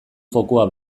fokua